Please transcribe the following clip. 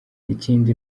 ikindi